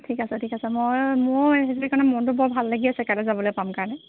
ঠিক আছে ঠিক আছে মই মোৰ সেইটোকাৰণে মনটো বৰ ভাল লাগি আছে কাইলৈ যাব পাম কাৰণে